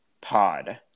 pod